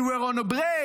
we were on a break.